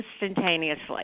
instantaneously